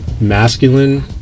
masculine